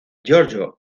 giorgio